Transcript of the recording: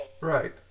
Right